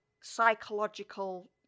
psychological